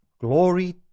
glory